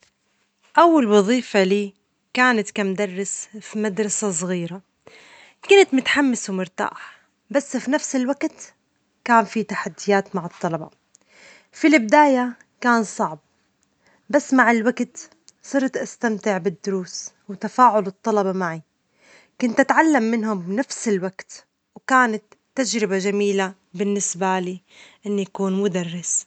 أول وظيفة لي كانت كمدرس في مدرسة صغيرة، كنت متحمس ومرتاح، بس في نفس الوقت كان في تحديات مع الطلبة، في البداية كان صعب، بس مع الوجت صرت أستمتع بالدروس و تفاعل الطلبة معي، كنت أتعلم منهم في نفس الوجت، وكانت تجربة جميلة بالنسبة لي إني أكون مدرس.